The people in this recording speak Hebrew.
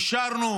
אישרנו